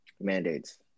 mandates